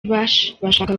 bashaka